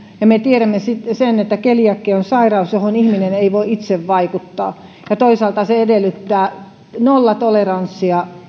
me tiedämme että keliakia on sairaus johon ihminen ei voi itse vaikuttaa ja että toisaalta se edellyttää nollatoleranssia